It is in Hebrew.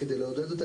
זה אלימות במשפחה,